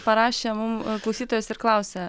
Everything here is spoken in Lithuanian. parašė mum klausytojas ir klausia